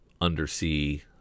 undersea